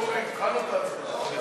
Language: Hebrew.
אורי, התחלנו את ההצבעה.